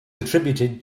attributed